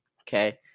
Okay